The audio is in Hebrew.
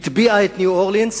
היא הטביעה את ניו-אורלינס